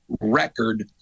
record